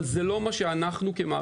אבל זה לא מה שאנחנו כמערכת בריאות רוצה.